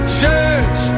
church